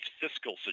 fiscal